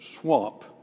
swamp